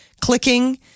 Clicking